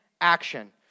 action